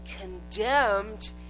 condemned